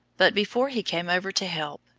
but before he came over to help,